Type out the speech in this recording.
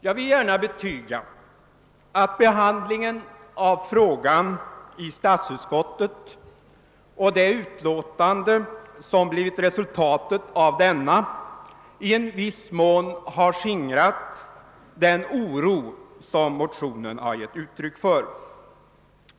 Jag vill gärna betyga att behandlingen av frågan i statsutskottet och det utlåtande som blivit resultatet av denna i viss mån har skingrat den oro som vi motionärer givit uttryck för.